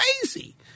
crazy